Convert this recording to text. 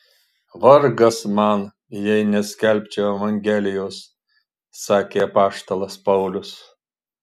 vargas man jei neskelbčiau evangelijos sakė apaštalas paulius